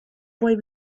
boy